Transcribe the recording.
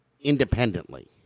independently